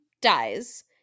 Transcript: dies